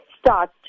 start